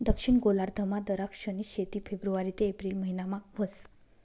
दक्षिण गोलार्धमा दराक्षनी शेती फेब्रुवारी ते एप्रिल महिनामा व्हस